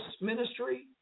ministry